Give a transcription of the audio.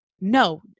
No